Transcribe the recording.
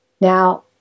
Now